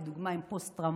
לדוגמה עם פוסט-טראומטיים.